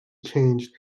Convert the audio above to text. changed